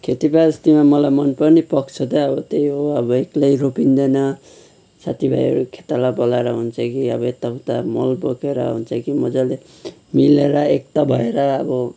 खेतिपातीमा अब मलाई मनपर्ने पक्ष चाहिँ अब त्यही हो एक्लै रोपिँदैन साथी भाईहरू खेताला बोलाएर हुन्छ कि अब यता उता मल बोकेर हुन्छ कि मजाले मिलेर एकता भएर अब